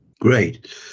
Great